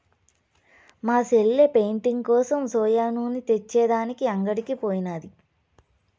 మా సెల్లె పెయింటింగ్ కోసం సోయా నూనె తెచ్చే దానికి అంగడికి పోయినాది